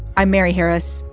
i'm mary harris.